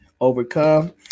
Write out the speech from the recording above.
overcome